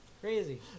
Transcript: Crazy